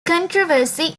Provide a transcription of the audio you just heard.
controversy